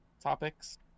topics